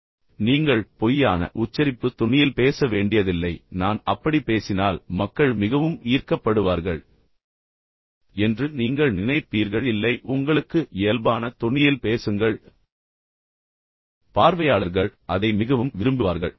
எனவே நீங்கள் பொய்யான உச்சரிப்பு தொனியில் பேச வேண்டியதில்லை எனவே நான் அப்படிப் பேசினால் மக்கள் மிகவும் ஈர்க்கப்படுவார்கள் என்று நீங்கள் நினைப்பீர்கள் இல்லை உங்களுக்கு இயல்பான தொனியில் பேசுங்கள் பார்வையாளர்கள் அதை மிகவும் விரும்புவார்கள்